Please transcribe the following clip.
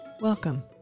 Welcome